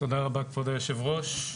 תודה רבה כבוד היושב ראש,